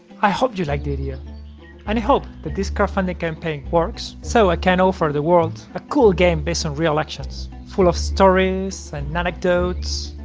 i hope you liked the idea. and i hope that this crowdfunding campaign works, so i can offer the world a cool game based on real actions, full of stories and anecdotes,